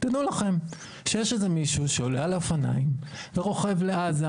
תדעו לכם שיש איזה מישהו שעולה על האופניים ורוכב לעזה.